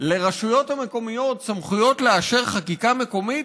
לרשויות המקומיות סמכויות לאשר חקיקה מקומית,